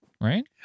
right